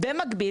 במקביל,